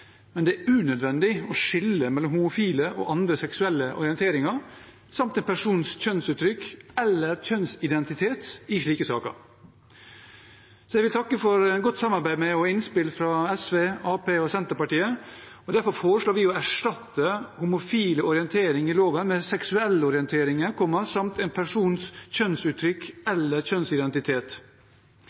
men det er unødvendig å skille mellom homofile og andre typer seksuell orientering samt en persons kjønnsuttrykk eller kjønnsidentitet i slike saker. Jeg vil takke for godt samarbeid med og innspill fra SV, Arbeiderpartiet og Senterpartiet. Derfor foreslår vi å erstatte «homofile orientering» i loven med «seksuell orientering, samt en persons kjønnsuttrykk eller kjønnsidentitet.»